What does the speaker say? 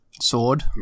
Sword